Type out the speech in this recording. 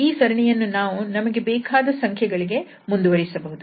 ಈ ಸರಣಿಯನ್ನು ನಾವು ನಮಗೆ ಬೇಕಾದ ಸಂಖ್ಯೆಗಳಿಗೆ ಮುಂದುವರಿಸಬಹುದು